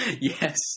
Yes